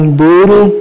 brutal